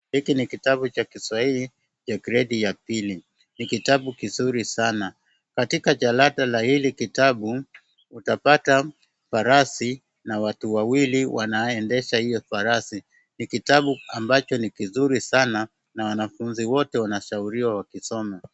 Hiki ni kitabu cha kiswahili ya gredi ya pili, ni kitabu kizuri sana, katika jalada la hili kitabu utapata farasi na watu wawili wanaendesha hiyo farasi. Ni kitabu ambacho ni kizuri sana na wanafunzi wote wanashauriwa wakisome.